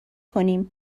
کنیم